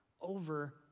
over